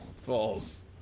False